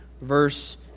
verse